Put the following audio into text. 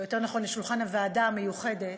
או יותר נכון לשולחן הוועדה המיוחדת,